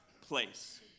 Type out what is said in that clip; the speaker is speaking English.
place